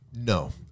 No